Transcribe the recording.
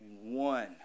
one